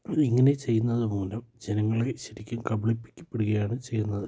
ഇങ്ങനെ ചെയ്യുന്നത് മൂലം ജനങ്ങളെ ശരിക്കും കബളിപ്പിക്കപ്പെടുകയാണ് ചെയ്യുന്നത്